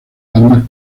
armas